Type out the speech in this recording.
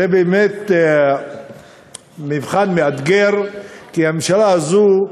זה באמת מבחן מאתגר, כי הממשלה הזו,